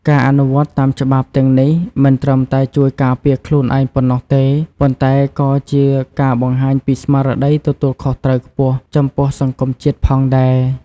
ការអនុវត្តតាមច្បាប់ទាំងនេះមិនត្រឹមតែជួយការពារខ្លួនឯងប៉ុណ្ណោះទេ ប៉ុន្តែក៏ជាការបង្ហាញពីស្មារតីទទួលខុសត្រូវខ្ពស់ចំពោះសង្គមជាតិផងដែរ។